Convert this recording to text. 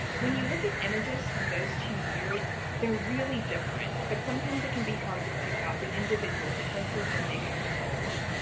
when you look at images from those two years they're really different but sometimes it can be hard to pick out the individual differences that make up the whole look.